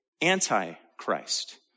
anti-Christ